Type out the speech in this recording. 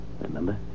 Remember